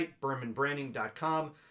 BermanBranding.com